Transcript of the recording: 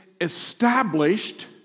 established